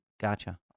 Gotcha